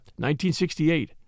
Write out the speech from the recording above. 1968